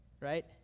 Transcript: Right